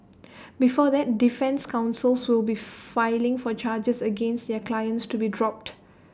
before that defence counsels will be filing for charges against their clients to be dropped